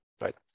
right